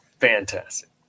Fantastic